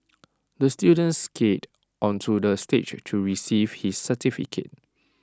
the student skated onto the stage to receive his certificate